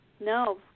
No